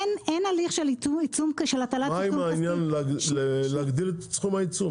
אין הליך של הטלת עיצום כספי --- מה עם העניין להגדיל את סכום העיצום?